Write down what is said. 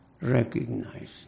recognized